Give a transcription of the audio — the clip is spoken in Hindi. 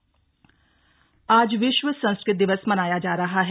विश्व संस्कत दिवस आज विश्व संस्कृत दिवस मनाया जा रहा है